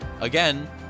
Again